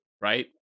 Right